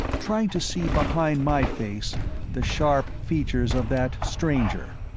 trying to see behind my face the sharp features of that stranger,